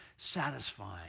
Satisfying